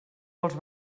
dels